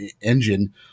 engine